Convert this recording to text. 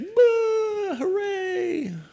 hooray